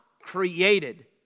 created